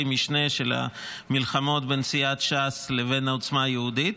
משנה של המלחמות בין סיעת ש"ס לבין עוצמה יהודית.